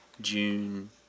June